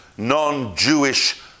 non-Jewish